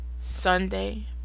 Sunday